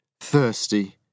thirsty